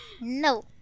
no